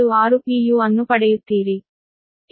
u ಅನ್ನು ಪಡೆಯುತ್ತೀರಿ